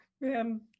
Man